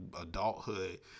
adulthood